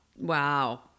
wow